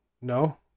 No